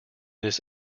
this